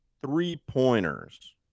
three-pointers